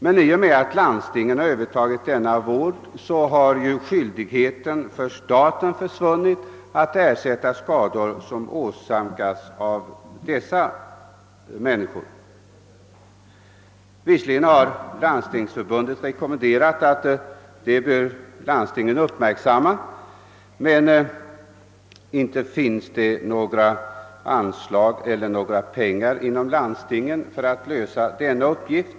Men i och med att landstingen övertog denna vård har skyldigheten för staten upphört att ersätta skador som vållats av detta klientel. Visserligen har Landstingsförbundet rekommenderat att landstingen skall uppmärksamma detta, men inte har landstingen anslag eller pengar för att lösa en sådan uppgift.